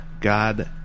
God